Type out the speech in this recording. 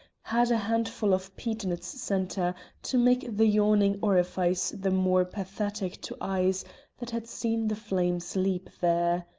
had a handful of peat in its centre to make the yawning orifice the more pathetic to eyes that had seen the flames leap there.